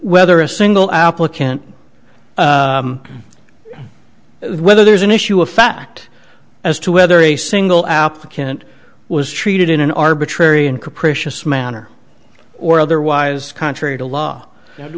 whether a single applicant whether there's an issue of fact as to whether a single applicant was treated in an arbitrary and capricious manner or otherwise contrary to law do